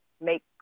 make